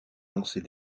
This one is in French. lancer